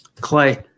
clay